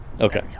Okay